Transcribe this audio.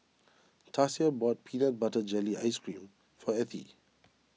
Tasia bought Peanut Butter Jelly Ice Cream for Ethie